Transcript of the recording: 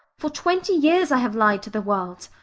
for twenty years i have lied to the world.